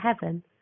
heaven